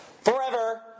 Forever